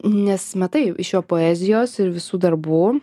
nes matai iš jo poezijos ir visų darbų